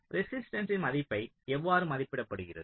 ரெசிஸ்டன்ஸின் மதிப்பு எவ்வாறு மதிப்பிடப்படுகிறது